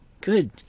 good